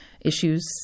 issues